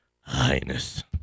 Highness